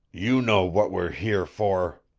you know what we're here for.